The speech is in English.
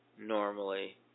normally